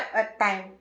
a time